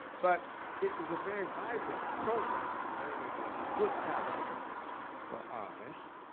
but it was a very vibrant program, a very ah good time for artists.